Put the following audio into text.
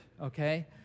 okay